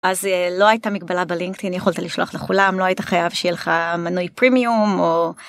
אז לא הייתה מגבלה בלינקדאין יכולת לשלוח לכולם לא היית חייב שיהיה לך מנוי פרימיום, או...